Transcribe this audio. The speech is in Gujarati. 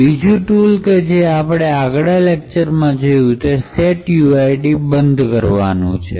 બીજું ટૂલ કે જે આપણે આગળના લેક્ચરમાં જોયું તે setuid બંધ કરવાનું છે